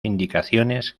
indicaciones